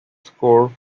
score